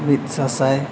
ᱢᱤᱫ ᱥᱟᱥᱟᱭ